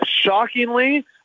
shockingly